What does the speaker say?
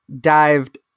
dived